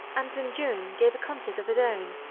and in june gave a concert of his own,